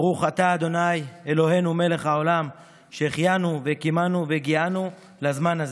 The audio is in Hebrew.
ברוך אתה אדוני אלוהינו מלך העולם שהחיינו וקיימנו והגיענו לזמן הזה.